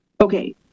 Okay